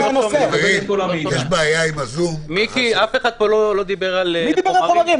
--- מיקי, אף אחד פה לא דיבר על חומרים.